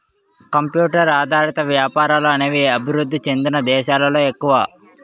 computer ఆధారిత వ్యాపారాలు అనేవి అభివృద్ధి చెందిన దేశాలలో ఎక్కువ